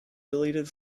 deleted